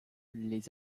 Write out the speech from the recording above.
les